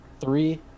three